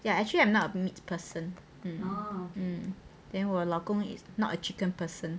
ya actually I'm not a meat person um then 我老公 is not a chicken person